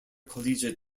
collegiate